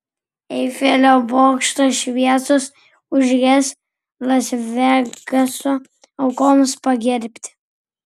eifelio bokšto šviesos užges las vegaso aukoms pagerbti